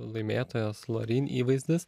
laimėtojos loryn įvaizdis